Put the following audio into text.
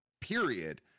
period